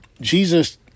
Jesus